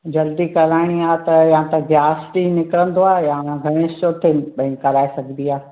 जल्दी कराइणी आहे त या त ग्यारसि ते निकिरंदो आहे या न त गणेश चोथ ते बि कराए सघिबी आहे